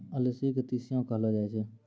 अलसी के तीसियो कहलो जाय छै